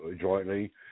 jointly